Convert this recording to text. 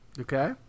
Okay